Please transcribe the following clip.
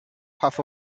puff